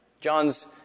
John's